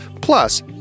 Plus